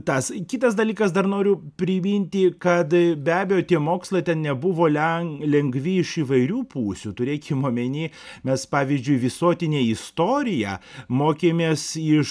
tas kitas dalykas dar noriu priminti kad be abejo tie mokslai ten nebuvo leen lengvi iš įvairių pusių turėkim omeny mes pavyzdžiui visuotinę istoriją mokėmės iš